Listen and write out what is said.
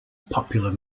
popular